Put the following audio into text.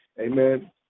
amen